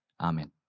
Amen